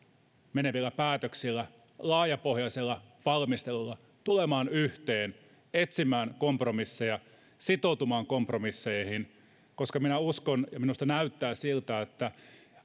menevillä päätöksillä ja laajapohjaisella valmistelulla tulemaan yhteen etsimään kompromisseja ja sitoutumaan kompromisseihin minä uskon ja minusta näyttää siltä että